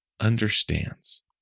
understands